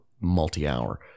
multi-hour